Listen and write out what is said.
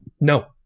No